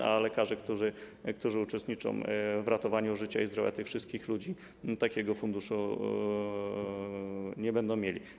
Dlaczego lekarze, którzy uczestniczą w ratowaniu życia i zdrowia tych wszystkich ludzi, takiego funduszu nie będą mieli?